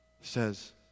says